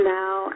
now